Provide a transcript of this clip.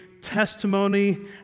testimony